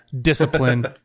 discipline